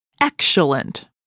Excellent